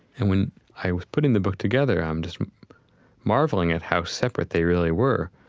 and when i was putting the book together i'm just marveling at how separate they really were.